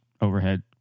overhead